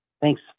Thanks